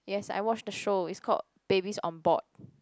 yes I watch the show it's called babies on board